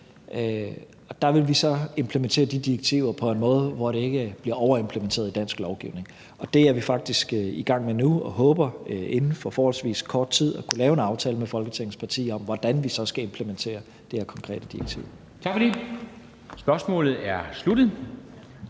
og der vil vi så implementere de direktiver på en måde, hvor det ikke bliver overimplementeret i dansk lovgivning, og det er vi faktisk i gang med nu, og vi håber inden for forholdsvis kort tid at kunne lave en aftale med Folketingets partier om, hvordan vi så skal implementere det her konkrete direktiv. Kl. 13:49 Formanden (Henrik